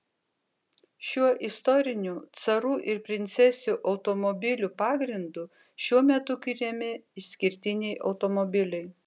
šiuo istoriniu carų ir princesių automobilių pagrindu šiuo metu kuriami išskirtiniai automobiliai